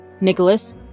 Nicholas